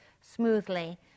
smoothly